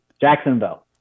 Jacksonville